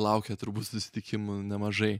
laukia turbūt susitikimų nemažai